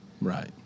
Right